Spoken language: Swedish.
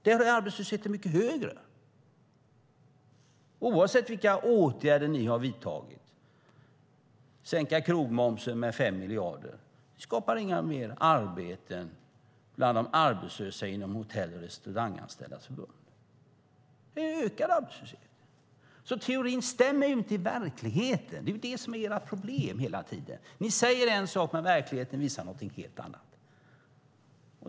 Där är arbetslösheten mycket högre oavsett vilka åtgärder ni har vidtagit, till exempel att sänka krogmomsen med 5 miljarder. Det skapar inte fler arbeten till de arbetslösa i Hotell och Restauranganställdas Förbund. Det ökar arbetslösheten. Teorin stämmer inte i verkligheten. Det är det som är ert problem. Ni säger en sak, men verkligheten visar någonting helt annat.